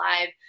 live